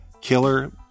killer